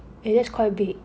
eh that is quite big